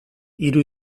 hiru